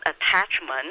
attachment